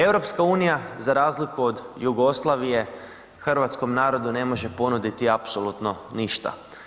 EU za razliku od Jugoslavije hrvatskom narodu ne može ponuditi apsolutno ništa.